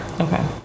Okay